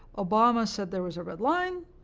obama said there was a red line,